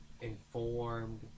informed